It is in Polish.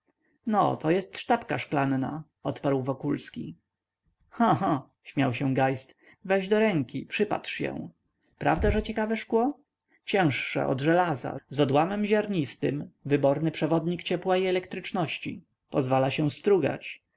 no to jest sztabka szklanna odparł wokulski cha cha śmiał się geist weź do ręki przypatrz się prawda że ciekawe szkło cięższe od żelaza z odłamem ziarnistym wyborny przewodnik ciepła i elektryczności pozwala się strugać